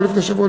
לא לפני שבוע,